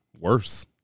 Worse